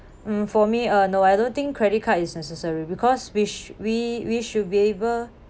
mm for me uh no I don't think credit card is necessary because which we we should be able